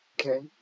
Okay